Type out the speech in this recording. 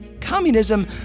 Communism